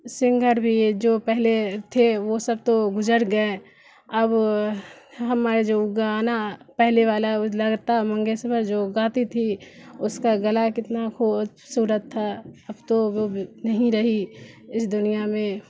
سنگھر بھی جو پہلے تھے وہ سب تو گزر گئے اب ہمارے جو گانا پہلے والا او لتا منگیشکر جو گاتی تھی اس کا گلا کتنا خوبصورت تھا اب تو وہ نہیں رہی اس دنیا میں